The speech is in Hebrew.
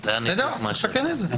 בסדר, אז צריך לתקן את זה.